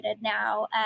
now